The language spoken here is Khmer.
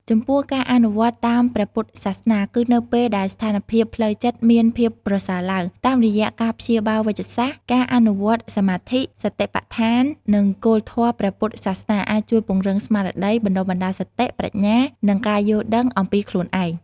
ចំពោះការអនុវត្តន៍តាមព្រះពុទ្ធសាសនា គឺនៅពេលដែលស្ថានភាពផ្លូវចិត្តមានភាពប្រសើរឡើង តាមរយៈការព្យាបាលវេជ្ជសាស្ត្រ ការអនុវត្តន៍សមាធិ សតិប្បដ្ឋាន និងគោលធម៌ព្រះពុទ្ធសាសនាអាចជួយពង្រឹងស្មារតី បណ្ដុះបណ្ដាលសតិ ប្រាជ្ញា និងការយល់ដឹងអំពីខ្លួនឯង។